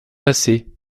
passé